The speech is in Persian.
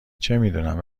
چمیدونم